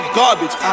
garbage